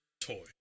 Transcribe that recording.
toy